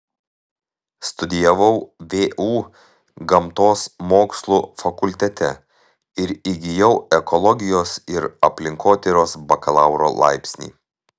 studijavau vu gamtos mokslų fakultete ir įgijau ekologijos ir aplinkotyros bakalauro laipsnį